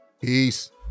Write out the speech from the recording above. Peace